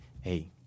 hey –